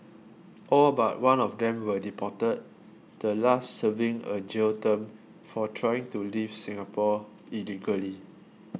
all but one of them were deported the last serving a jail term for trying to leave Singapore illegally